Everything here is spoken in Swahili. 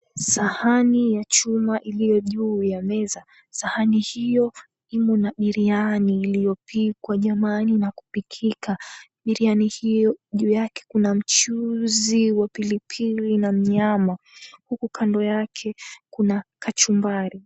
Sahani ya chuma iliyo juu ya meza. Sahani hiyo imo na biriani iliyopikwa jamani na kupikika. Biriani hiyo juu yake kuna mchuzi wa pilipili na nyama, huku kando yake kuna kachumbari.